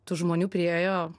tų žmonių priėjo